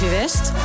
West